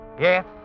Yes